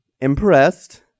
impressed